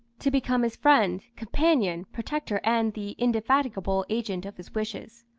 to become his friend, companion, protector, and the indefatigable agent of his wishes.